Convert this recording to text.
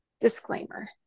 disclaimer